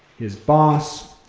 his boss,